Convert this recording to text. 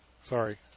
Sorry